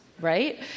right